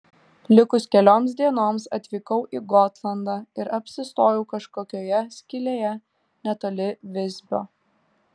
likus kelioms dienoms atvykau į gotlandą ir apsistojau kažkokioje skylėje netoli visbio